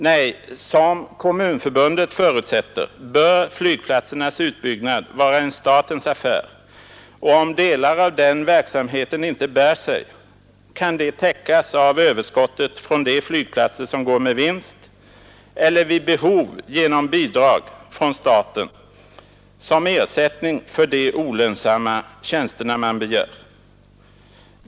Nej, som Kommunförbundet förutsätter bör flygplatsernas utbyggnad vara en statens affär, och om delar av denna verksamhet inte bär sig kan det täckas av överskottet från de flygplatser som går med vinst eller vid behov genom bidrag från staten som ersättning för de olönsamma tjänster man begär.